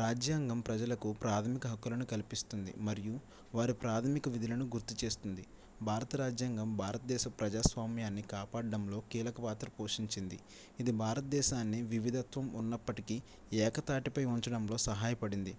రాజ్యాంగం ప్రజలకు ప్రాథమిక హక్కులను కల్పిస్తుంది మరియు వారి ప్రాథమిక విధులను గుర్తు చేస్తుంది భారత రాజ్యాంగం భారతదేశ ప్రజాస్వామ్యాన్ని కాపాడడంలో కీలకపాత్ర పోషించింది ఇది భారతదేశాన్ని వివిధత్వం ఉన్నప్పటికీ ఏకతాటిపై ఉంచడంలో సహాయపడింది